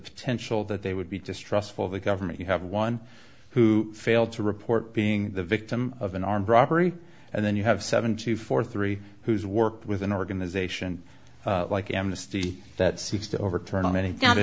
potential that they would be distrustful of the government you have one who failed to report being the victim of an armed robbery and then you have seven to four three who's worked with an organization like amnesty that seems to overturn any